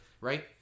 right